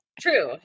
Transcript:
true